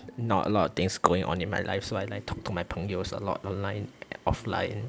not a lot of things going on in my life so I like talk to my 朋友 a lot online and offline